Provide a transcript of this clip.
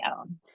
own